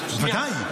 בוודאי.